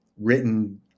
written